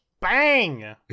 bang